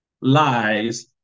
lies